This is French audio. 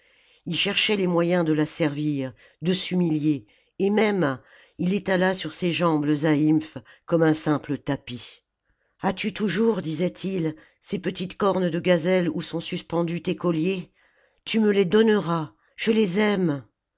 il cherchait les moyens de la servir de s'humilier et même il étala sur ses jambes le zaïmph comme un simple tapis as-tu toujours disait-il ces petites cornes de gazelle oii sont suspendus tes colliers tu me les donneras je les aime